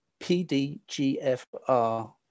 PDGFR